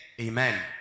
Amen